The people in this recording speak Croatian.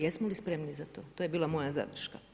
Jesmo li spremni za to? to je bila moja zadrška.